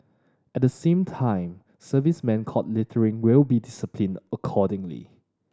at the same time servicemen caught littering will be disciplined accordingly